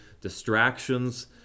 distractions